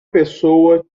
pessoa